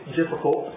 difficult